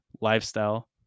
lifestyle